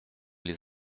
les